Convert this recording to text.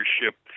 leadership